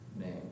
name